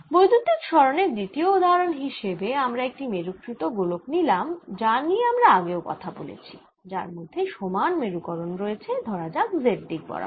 বৈদ্যুতিক সরণ এর দ্বিতীয় উদাহরণ হিসেবে আমরা একটি মেরুকৃত গোলক নিলাম যা নিয়ে আমরা আগেও কথা বলেছি যার মধ্যে সমান মেরুকরণ রয়েছে ধরা যাক Z দিক বরাবর